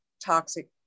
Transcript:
toxic